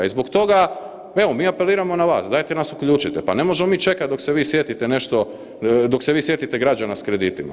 I zbog toga, evo mi apeliramo na vas, dajte nas uključite, pa ne možemo mi čekati dok se vi sjetite nešto, dok se vi sjetite građana s kreditima.